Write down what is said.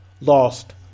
lost